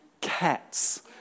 cats